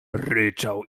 ryczał